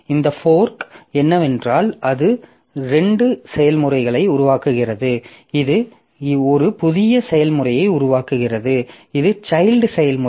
இந்த ஃபோர்க் என்னவென்றால் அது இரண்டு செயல்முறைகளை உருவாக்குகிறது இது ஒரு புதிய செயல்முறையை உருவாக்குகிறது இது சைல்ட் செயல்முறை